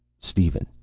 steven.